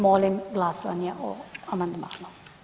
Molim glasanje o amandmanu.